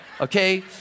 okay